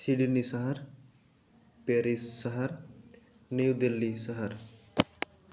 Sydney ᱥᱟᱦᱟᱨ Paris ᱥᱟᱦᱟᱨ ᱱᱤᱭᱩ ᱫᱤᱞᱞᱤ ᱥᱟᱦᱟᱨ